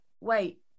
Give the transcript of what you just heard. wait